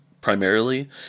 primarily